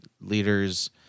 leaders